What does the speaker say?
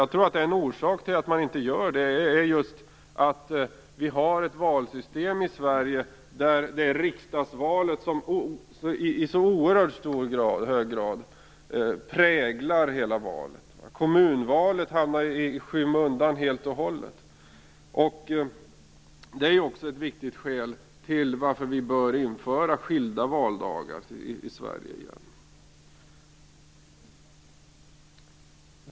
Jag tror att en orsak till att man inte gör det är att vi har ett valsystem i Sverige där riksdagsvalet i oerhört hög grad präglar hela valet. Kommunalvalet hamnar helt och hållet i skymundan. Det är också ett viktigt skäl till att vi bör införa skilda valdagar i Sverige igen.